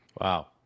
Wow